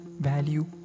value